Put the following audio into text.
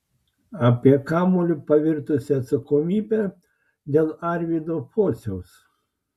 apie kamuoliu pavirtusią atsakomybę dėl arvydo pociaus